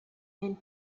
and